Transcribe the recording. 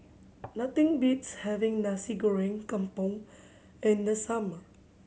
nothing beats having Nasi Goreng Kampung in the summer